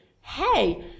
Hey